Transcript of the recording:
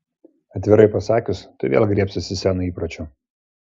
atvirai pasakius tu vėl griebsiesi seno įpročio